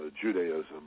Judaism